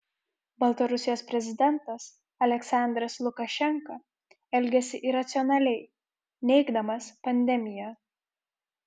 baltarusijos prezidentas aliaksandras lukašenka elgiasi iracionaliai neigdamas pandemiją